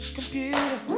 Computer